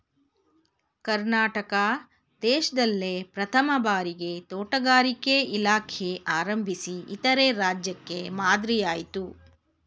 ಕರ್ನಾಟಕ ದೇಶ್ದಲ್ಲೇ ಪ್ರಥಮ್ ಭಾರಿಗೆ ತೋಟಗಾರಿಕೆ ಇಲಾಖೆ ಪ್ರಾರಂಭಿಸಿ ಇತರೆ ರಾಜ್ಯಕ್ಕೆ ಮಾದ್ರಿಯಾಯ್ತು